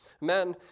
Men